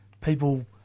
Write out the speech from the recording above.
People